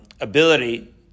ability